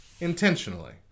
intentionally